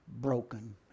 broken